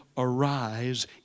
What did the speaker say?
Arise